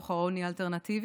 דוח העוני האלטרנטיבי,